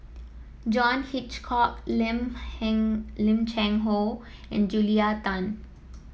John Hitchcock Lim Cheng Hoe and Julia Tan